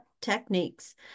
techniques